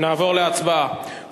נעבור להצבעה.